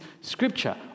Scripture